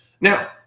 now